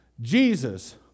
Jesus